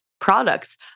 products